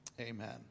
Amen